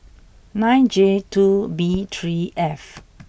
nine J two B three F